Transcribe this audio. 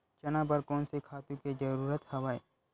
चना बर कोन से खातु के जरूरत हवय?